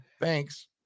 Thanks